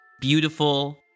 beautiful